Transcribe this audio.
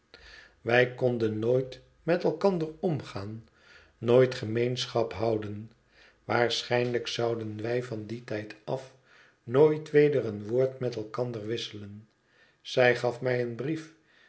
wij konden nooit met elkander omgaan nooit gemeenschap houden waarschijnlijk zouden wij van dien tijd af nooit weder een woord met elkander wisselen zij gaf mij een brief